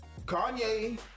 Kanye